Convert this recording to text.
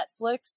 Netflix